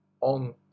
on